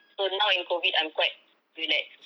so now in COVID I'm quite relaxed